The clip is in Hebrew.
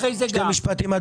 שני משפטים.